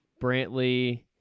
Brantley